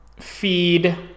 feed